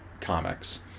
Comics